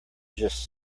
just